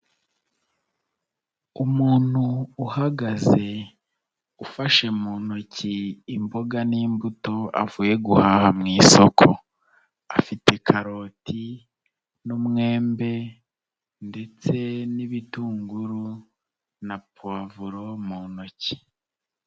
Umuntu uhagaze ufashe mu ntoki imboga n'imbuto avuye guhaha mu isoko. Afite karoti n'umwembe ndetse n'ibitunguru na puwavuro mu ntoki.